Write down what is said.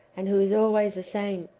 and who is always the same,